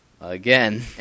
again